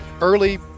early